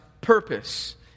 purpose